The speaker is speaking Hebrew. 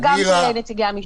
וגם של נציגי המשטרה.